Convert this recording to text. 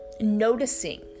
noticing